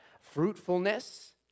fruitfulness